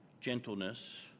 gentleness